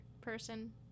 person